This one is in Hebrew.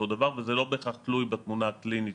דבר וזה לא בהכרח תלוי בתמונה הקלינית,